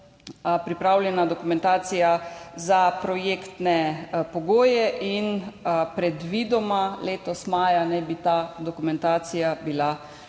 pripravljena dokumentacija za projektne pogoje in predvidoma maja letos naj bi bila ta dokumentacija pripravljena.